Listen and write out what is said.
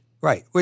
Right